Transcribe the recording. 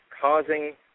causing